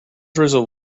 drizzle